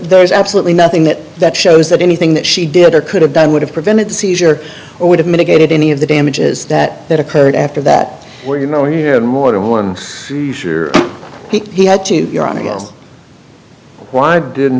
there's absolutely nothing that that shows that anything that she did or could have done would have prevented the seizure or would have mitigated any of the damages that that occurred after that where you know he had more than one